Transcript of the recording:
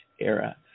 era